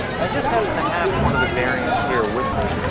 i just happen to have one of the variants here with me.